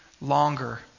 longer